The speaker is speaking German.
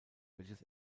welches